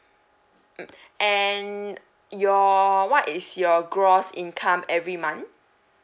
mm and your what is your gross income every month